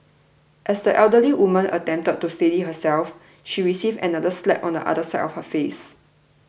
as the elderly woman attempted to steady herself she received another slap on the other side of her face